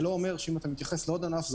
זה לא אומר שאם אתה מתייחס לעוד ענף,